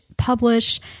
Publish